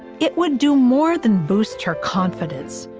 it would do more than boost her confidence.